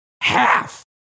half